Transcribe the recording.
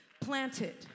Planted